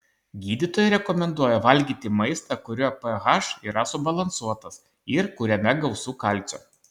gydytojai rekomenduoja valgyti maistą kurio ph yra subalansuotas ir kuriame gausu kalcio